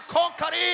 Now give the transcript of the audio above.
conquer